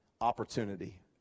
opportunity